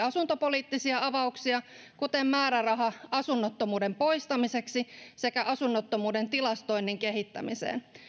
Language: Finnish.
asuntopoliittisia avauksia kuten määräraha asunnottomuuden poistamiseksi sekä asunnottomuuden tilastoinnin kehittämiseen